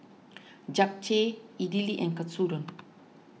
Japchae Idili and Katsudon